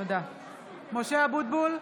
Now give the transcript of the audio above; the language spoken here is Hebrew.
(קוראת בשמות חברי הכנסת) משה אבוטבול,